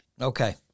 Okay